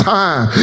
time